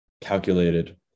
calculated